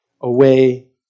away